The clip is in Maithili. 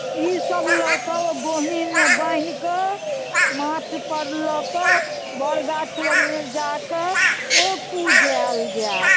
ई सभ लऽ कऽ ओ बोहनीमे बान्हि कऽ माथ पर लऽ कऽ बड़ गाछ लगमे जाकऽ ओ पूजायल जायत